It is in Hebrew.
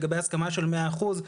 לגבי הסכמה של מאה אחוז,